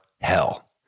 hell